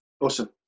awesome